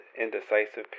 indecisive